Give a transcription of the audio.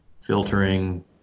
filtering